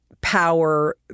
power